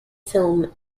film